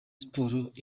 sports